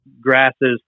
grasses